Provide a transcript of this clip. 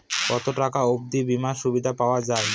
কত টাকা অবধি বিমার সুবিধা পাওয়া য়ায়?